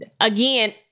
Again